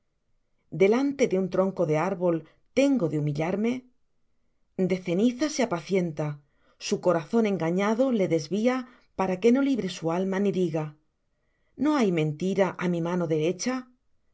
delante de un tronco de árbol tengo de humillarme de ceniza se apacienta su corazón engañado le desvía para que no libre su alma ni diga no hay una mentira á mi mano derecha